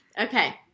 Okay